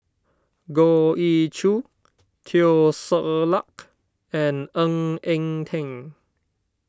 Goh Ee Choo Teo Ser Luck and Ng Eng Teng